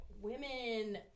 women